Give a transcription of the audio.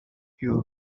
you